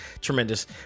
tremendous